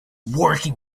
working